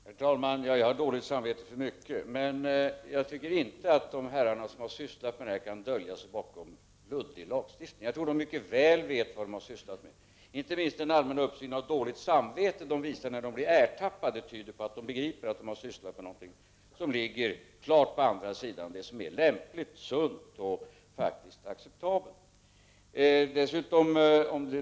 Herr talman! Jag har dåligt samvete för mycket, men jag tycker inte att de herrar som har sysslat med det här skulle kunna skylla på en luddig lagstiftning. Jag tror att de mycket väl vet vad de har sysslat med. Inte minst den allmänna uppsynen av dåligt samvete som de visar när de blir ertappade tyder på att de begriper att de har sysslat med någonting som ligger på andra sidan om det som är lämpligt, sunt och acceptabelt.